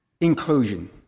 inclusion